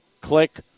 click